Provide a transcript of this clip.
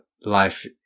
life